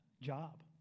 job